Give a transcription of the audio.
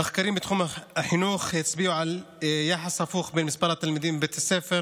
מחקרים בתחום החינוך הצביעו על יחס הפוך בין מספר התלמידים בבית הספר